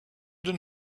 than